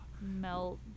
melt